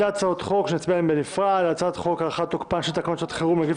הצעת חוק להארכת תוקפן של תקנות שעת חירום (נגיף